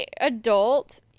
adult